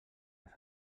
les